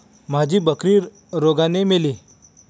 माझी बकरी रोगाने मेली